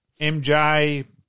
MJ